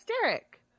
Derek